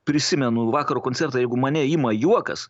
prisimenu vakaro koncertą jeigu mane ima juokas